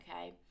okay